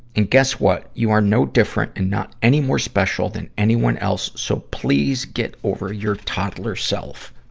and guess what? you are no different and not any more special than anyone else, so please get over your toddler self.